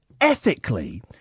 ethically